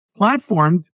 platformed